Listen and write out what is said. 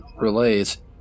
relays